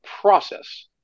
process